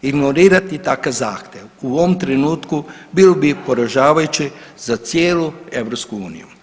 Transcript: Ignorirati takav zahtjev u ovom trenutku bilo bi poražavajuće za cijelu EU.